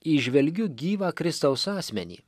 įžvelgiu gyvą kristaus asmenį